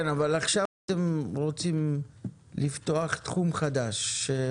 אבל עכשיו אתם רוצים לפתוח תחום חדש.